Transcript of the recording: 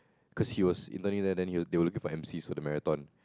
cause he was interning there then they they were looking for emcees there for the marathon